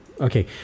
Okay